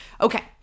Okay